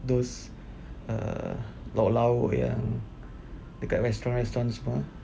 those err lauk-lauk yang dekat restaurant restaurant ni semua